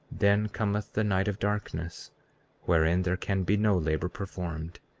then cometh the night of darkness wherein there can be no labor performed.